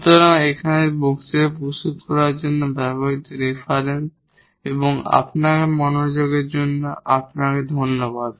সুতরাং এখানে বক্তৃতা প্রস্তুত করার জন্য ব্যবহৃত রেফারেন্স এবং আপনার মনোযোগের জন্য আপনাকে ধন্যবাদ